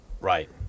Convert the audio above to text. Right